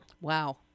Wow